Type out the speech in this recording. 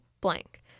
blank